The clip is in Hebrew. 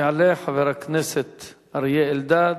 יעלה חבר הכנסת אריה אלדד